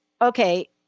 okay